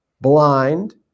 blind